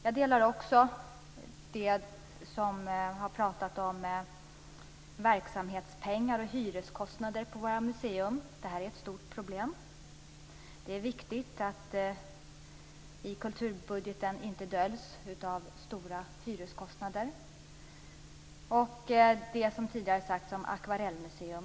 Jag instämmer också i det som sagts om verksamhetspengar och hyreskostnader för våra museer. Det är ett stort problem. Det är viktigt att stora hyreskostnader inte döljs i kulturbudgeten. Jag instämmer också i det som sagts om ett akvarellmuseum.